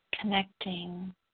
connecting